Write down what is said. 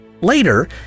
Later